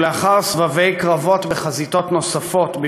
ולאחר סבבי קרבות בחזיתות נוספות,